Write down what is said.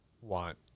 want